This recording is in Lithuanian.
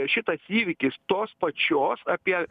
šitas įvykis tos pačios apie